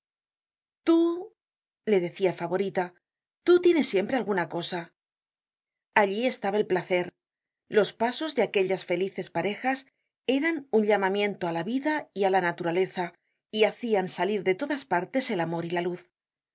le decia favorita tú tienes siempre alguna cosa allí estaba el placer los'pasos de aquellas felices parejas eran un llamamiento á la vida y á la naturaleza y hacian salir de todas partes el amor y la luz